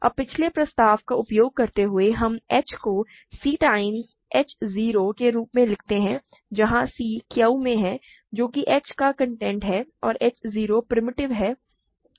अब पिछले प्रस्ताव का उपयोग करते हुए हम h को c टाइम्स h 0 के रूप में लिखते हैं जहां c Q में है जो कि h का कंटेंट है और h 0 प्रिमिटिव है